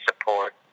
support